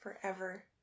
forever